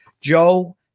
joe